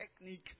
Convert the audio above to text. technique